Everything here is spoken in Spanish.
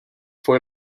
fue